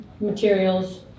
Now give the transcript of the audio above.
materials